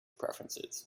preferences